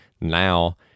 now